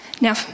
Now